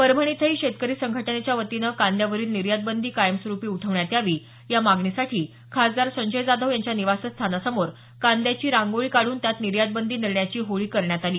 परभणी इथंही शेतकरी संघटनेच्या वतीनं कांद्यावरील निर्यातबंदी कायमस्वरूपी उठवण्यात यावी या मागणीसाठी खासदार संजय जाधव यांच्या निवासस्थानासमोर कांद्याची रांगोळी काढून त्यात निर्यातबंदी निर्णयाची होळी करण्यात आली